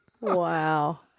Wow